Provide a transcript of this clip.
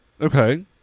Okay